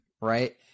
right